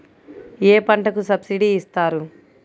ఏ పంటకు సబ్సిడీ ఇస్తారు?